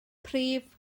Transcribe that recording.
prif